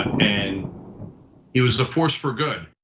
and he was a force for good.